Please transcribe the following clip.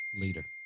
leader